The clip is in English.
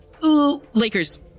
Lakers